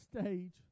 stage